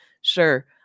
sure